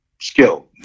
skill